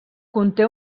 conté